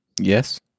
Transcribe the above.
Yes